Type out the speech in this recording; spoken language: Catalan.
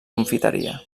confiteria